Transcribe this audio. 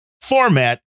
format